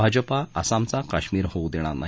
भाजपा आसामचा काश्मिर होऊ देणार नाही